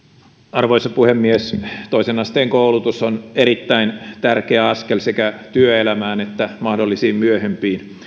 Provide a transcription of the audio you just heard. arvoisa puhemies toisen asteen koulutus on erittäin tärkeä askel sekä työelämään että mahdollisiin myöhempiin